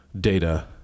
data